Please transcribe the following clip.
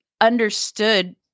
understood